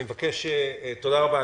תודה רבה.